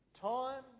time